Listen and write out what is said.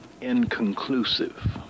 inconclusive